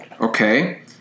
okay